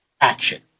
action